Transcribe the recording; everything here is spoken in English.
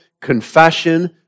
confession